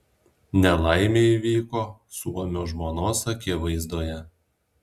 nelaimė įvyko suomio žmonos akivaizdoje